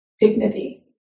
dignity